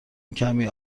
کمی